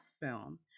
film